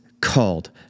called